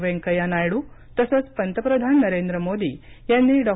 वेंकय्या नायडू तसंच पंतप्रधान नरेंद्र मोदी यांनी डॉ